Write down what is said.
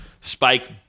Spike